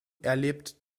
erlebt